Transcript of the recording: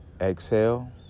Exhale